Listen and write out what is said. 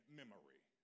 memory